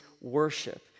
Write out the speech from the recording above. worship